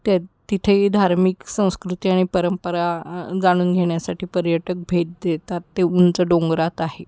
त्या तिथेही धार्मिक संस्कृती आणि परंपरा जाणून घेण्यासाठी पर्यटक भेट देतात ते उंच डोंगरात आहे